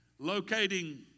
Locating